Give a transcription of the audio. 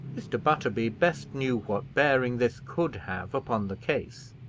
mr. butterby best knew what bearing this could have upon the case.